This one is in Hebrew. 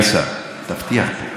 מהיום אתה מופקד על בדק הבית שלנו.